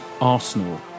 Arsenal